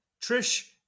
Trish